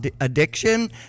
addiction